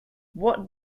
what